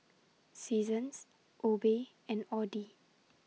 Seasons Obey and Audi